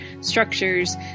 structures